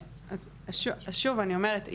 אז שוב אני אומרת,